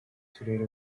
turere